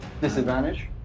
disadvantage